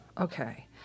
Okay